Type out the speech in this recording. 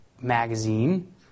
magazine